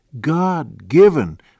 God-given